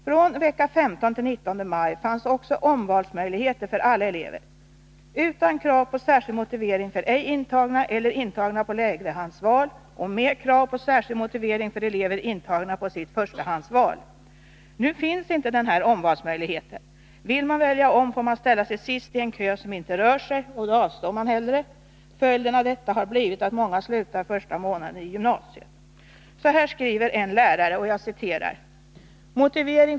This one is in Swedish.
Från vecka 15 till den 19 maj fanns också omvalsmöjligheter för alla elever utan krav på särskild motivering för ej intagna eller intagna på lägrehandsval och med krav på särskild motivering för elever intagna på sitt förstahandsval. Nu finns inte denna omvalsmöjlighet. Vill man välja om, får man ställa sig sist i en kö som inte rör sig, och då avstår man hellre. Följden av detta har blivit att många slutar under första månaden i gymnasiet. Så här skriver en lärare: B.